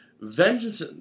vengeance